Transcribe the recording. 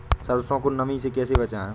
सरसो को नमी से कैसे बचाएं?